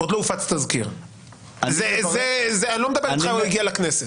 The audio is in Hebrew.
עוד לא הופץ תזכיר, אני לא מדבר איתך הגיעה לכנסת.